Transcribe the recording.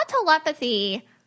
telepathy